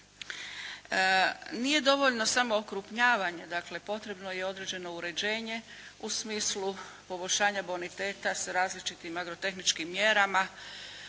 Nije dovoljno samo okrupnjavanje, dakle potrebno je i određeno uređenje u smislu poboljšanja boniteta sa različitim agrotehničkim mjerama,